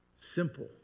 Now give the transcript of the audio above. simple